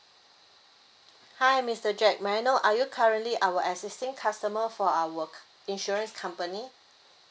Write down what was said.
hi mister jack may I know are you currently our existing customer for our insurance company